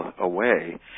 away